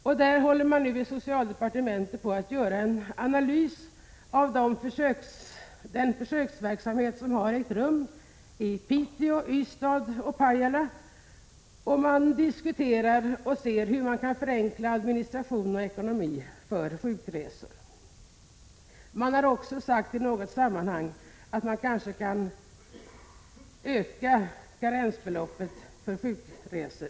I socialdepartementet håller man nu på att göra en analys av den försöksverksamhet som har ägt rum i Piteå, Ystad och Pajala, och man diskuterar hur man kan förenkla administration och ekonomi i samband med sjukresor. Man har också sagt i något sammanhang att man kanske kan öka karensbeloppet för sjukresor.